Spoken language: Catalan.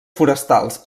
forestals